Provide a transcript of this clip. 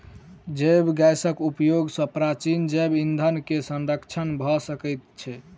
जैव गैसक उपयोग सॅ प्राचीन जैव ईंधन के संरक्षण भ सकै छै